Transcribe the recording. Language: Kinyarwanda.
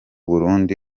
burundi